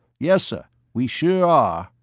yes, sir. we sure are.